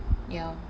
ya